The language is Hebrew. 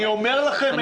אני אומר לכם את זה.